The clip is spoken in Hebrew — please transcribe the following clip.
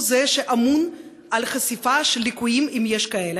הוא זה שאמון על חשיפה של ליקויים, אם יש כאלה,